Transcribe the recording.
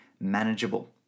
manageable